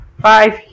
five